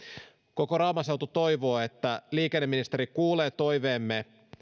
koko rauman seutu toivoo että liikenneministeri kuulee toiveemme